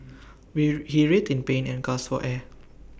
he writhed in pain and gasped for air